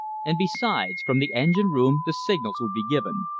and besides, from the engine room the signals would be given.